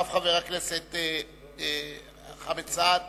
אחריו, חבר הכנסת חמד עמאר,